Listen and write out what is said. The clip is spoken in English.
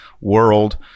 world